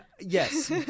yes